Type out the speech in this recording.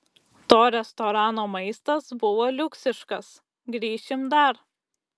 to restorano maistas buvo liuksiškas grįšim dar